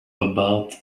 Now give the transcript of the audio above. about